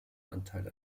anteil